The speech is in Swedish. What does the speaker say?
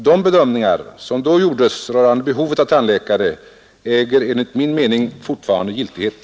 De bedömningar, som då gjordes rörande behovet av tandläkare, äger enligt min mening fortfarande giltighet.